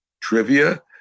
trivia